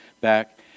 back